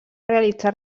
realitzar